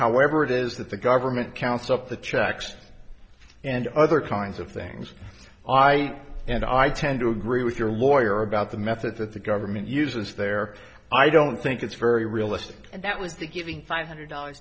however it is that the government counts up the checks and other kinds of things i and i tend to agree with your lawyer about the methods that the government uses there i don't think it's very realistic and that would say giving five hundred dollars